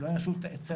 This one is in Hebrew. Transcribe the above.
שלא יעשו צעקות,